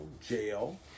jail